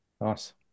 nice